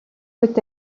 peut